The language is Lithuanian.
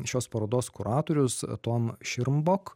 šios parodos kuratorius tom širmbok